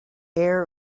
air